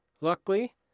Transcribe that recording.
Luckily